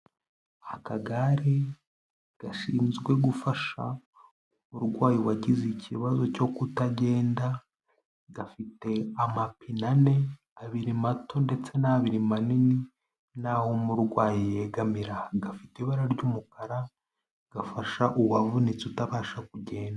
Akagare gashinzwe gufasha umurwayi wagize ikibazo cyo kutagenda, gafite amapine ane, abiri mato ndetse n'abiri manini, n'aho umurwayi yegamira gafite ibara ry'umukara gafasha uwavunitse utabasha kugenda.